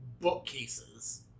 bookcases